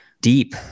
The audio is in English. deep